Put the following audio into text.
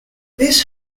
this